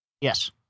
Yes